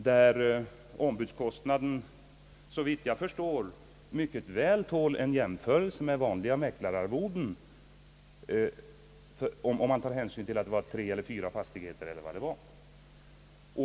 Den i avtalet begärda ombudskostnaden tål såvitt jag förstår mycket väl en jämförelse med vanliga mäklararvoden, om man tar hänsyn till att det var tre eller fyra fastigheter det rörde sig om.